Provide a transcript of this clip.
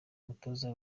umutoza